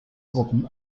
gruppen